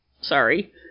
Sorry